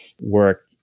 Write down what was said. work